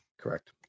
Correct